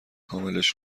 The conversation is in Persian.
کاملش